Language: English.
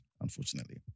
unfortunately